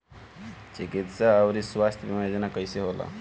चिकित्सा आऊर स्वास्थ्य बीमा योजना कैसे होला?